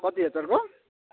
कति हजारको